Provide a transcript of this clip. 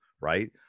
right